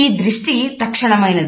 ఈ దృష్టి తక్షణమైనది